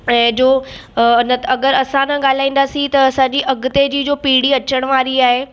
ऐं जो अ न त अगरि असां न ॻाल्हाईंदासीं त असांजी अॻिते जी जो पीढ़ी अचणु वारी आहे